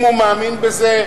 אם הוא מאמין בזה,